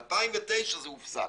ב-2009 זה הופסק.